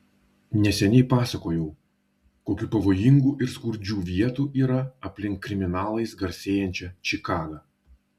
neseniai pasakojau kokių pavojingų ir skurdžių vietų yra aplink kriminalais garsėjančią čikagą